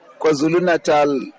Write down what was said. KwaZulu-Natal